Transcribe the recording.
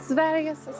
Sveriges